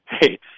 hey